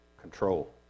control